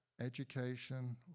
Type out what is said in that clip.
education